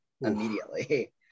immediately